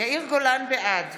בעד